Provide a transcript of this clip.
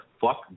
Fuck